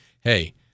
hey